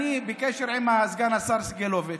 אני בקשר עם סגן השר סגלוביץ',